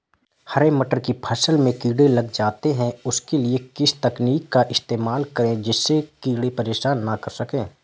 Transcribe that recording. हरे मटर की फसल में कीड़े लग जाते हैं उसके लिए किस तकनीक का इस्तेमाल करें जिससे कीड़े परेशान ना कर सके?